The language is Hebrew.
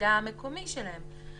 בקנה-המידה המקומי שלהם.